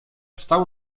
stał